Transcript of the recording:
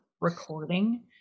recording